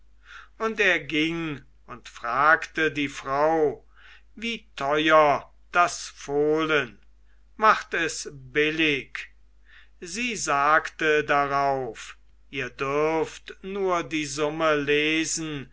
und er ging und fragte die frau wie teuer das fohlen macht es billig sie sagte darauf ihr dürft nur die